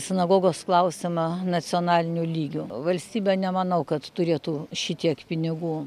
sinagogos klausimą nacionaliniu lygiu valstybė nemanau kad turėtų šitiek pinigų